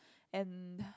and